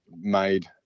made